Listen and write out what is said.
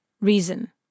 reason